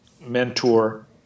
mentor